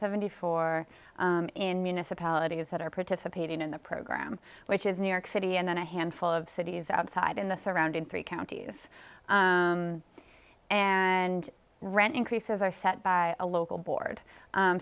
seventy four dollars in municipalities that are participating in the program which is new york city and then a handful of cities outside in the surrounding three counties and rent increases are set by a local board